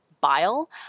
bile